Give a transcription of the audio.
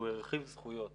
שהוא הרחיב זכויות